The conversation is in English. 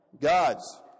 God's